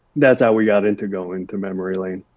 that's how we got into going to memory lane,